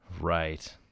Right